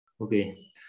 Okay